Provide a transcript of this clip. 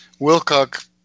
Wilcock